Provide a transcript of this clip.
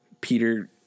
Peter